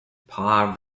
parr